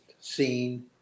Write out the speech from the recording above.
seen